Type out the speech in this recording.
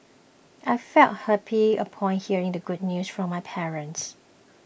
I felt happy upon hearing the good news from my parents